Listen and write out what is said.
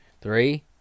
three